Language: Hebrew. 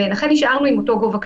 ולכן נשארנו עם אותו גובה קנס.